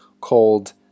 called